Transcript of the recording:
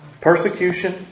Persecution